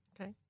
Okay